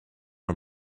are